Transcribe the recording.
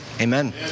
Amen